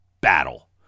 battle